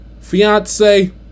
Fiance